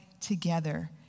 together